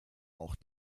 auch